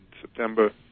September